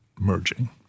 merging